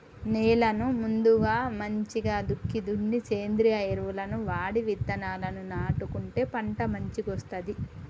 నేలను ముందుగా మంచిగ దుక్కి దున్ని సేంద్రియ ఎరువులను వాడి విత్తనాలను నాటుకుంటే పంట మంచిగొస్తది